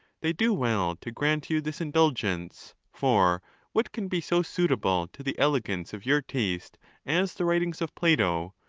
they do well to grant you this indulgence, for what can be so suitable to the elegance of your taste as the writings of plato?